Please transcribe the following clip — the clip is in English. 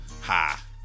Ha